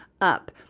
up